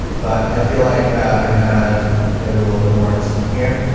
but i feel like i can add maybe a little bit more just in here.